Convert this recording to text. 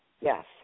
Yes